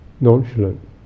nonchalant